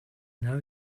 know